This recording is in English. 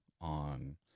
on